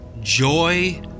joy